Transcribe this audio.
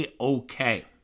okay